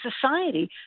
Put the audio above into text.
society